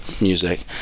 music